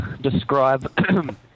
describe